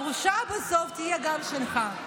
הבושה בסוף תהיה גם שלך.